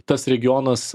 tas regionas